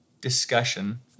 discussion